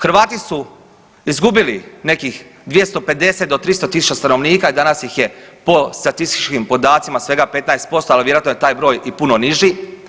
Hrvati su izgubili nekih 250 do 300.000 stanovnika i danas ih je po statističkim podacima svega 15%, ali vjerojatno je taj broj i puno niži.